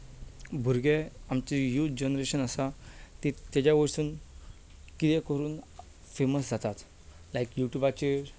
भुरगे आमचे youth generation आसा ताज्या कडल्यान कितें करून फेमस जाताच लायक युट्युबाचेर